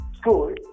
school